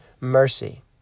mercy